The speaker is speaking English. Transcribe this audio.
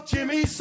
Jimmy